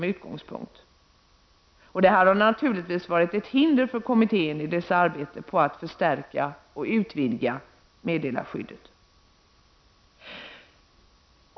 Detta har naturligtvis varit ett hinder för kommittén i dess arbete på att förstärka och utvidga meddelarskyddet.